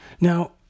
Now